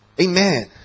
amen